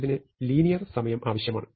ഇതിന് ലീനിയർ സമയം ആവശ്യമാണ്